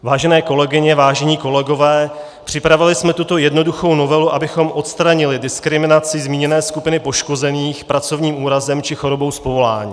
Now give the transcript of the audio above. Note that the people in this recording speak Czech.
Vážené kolegyně, vážení kolegové, připravili jsme tuto jednoduchou novelu, abychom odstranili diskriminaci zmíněné skupiny poškozených pracovním úrazem či chorobou z povolání.